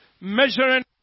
Measuring